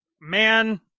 man